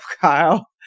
Kyle